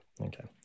Okay